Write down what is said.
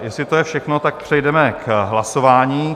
Jestli to je všechno, tak přejdeme k hlasování.